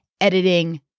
editing